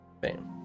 Bam